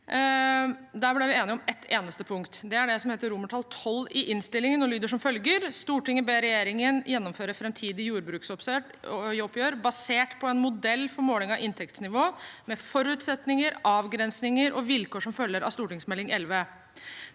– ble vi enige om ett eneste punkt. Det er det som heter XII i innstillingen, og lyder som følger: «Stortinget ber regjeringen gjennomføre fremtidige jordbruksoppgjør basert på den modell for måling av inntektsnivå, med forutsetninger, avgrensninger og vilkår, som følger av Meld. St.